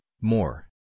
more